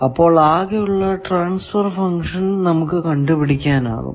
അപ്പോൾ ആകെ ഉള്ള ട്രാൻസ്ഫർ ഫങ്ക്ഷൻ നമുക്ക് കണ്ടുപിടിക്കാനാകും